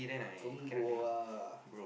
don't go ah